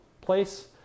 place